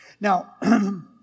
Now